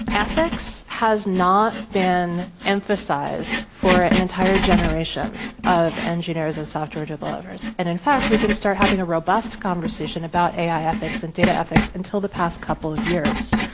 ethics has not been emphasized for an entire generation of engineers and software developers. and in fact, we didn't start having a robust conversation about ai ethics and data ethics until the past couple of years.